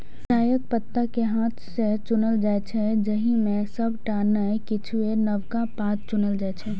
चायक पात कें हाथ सं चुनल जाइ छै, जाहि मे सबटा नै किछुए नवका पात चुनल जाइ छै